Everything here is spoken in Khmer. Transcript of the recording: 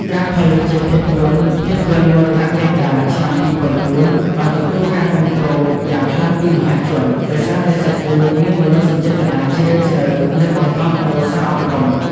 ការផលិតជាភាពយន្ត ភាពយន្ត "មរណៈមាតា" ឆ្នាំ២០០៤ បានទទួលការគាំទ្រយ៉ាងខ្លាំងពីមហាជន ដោយសារតែសាច់រឿងមានមនោសញ្ចេតនាជ្រាលជ្រៅ និងបង្កប់នូវសារអប់រំ។